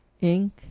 ink